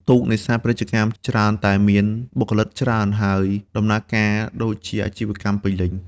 ទូកនេសាទពាណិជ្ជកម្មច្រើនតែមាន បុគ្គលិក ច្រើន ហើយដំណើរការដូចជាអាជីវកម្មពេញលេញ។